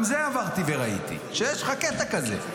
גם את זה עברתי וראיתי, שיש לך קטע כזה.